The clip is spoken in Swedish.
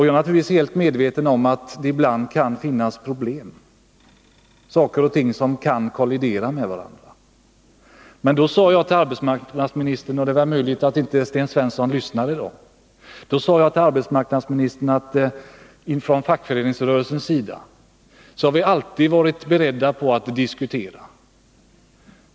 Jag är naturligtvis helt medveten om att det ibland finns problem, saker och ting som kan kollidera med varandra. Men jag sade till arbetsmarknadsministern — det är möjligt att Sten Svensson inte lyssnade då — att vi ifrån fackföreningsrörelsens sida alltid har varit beredda att diskutera.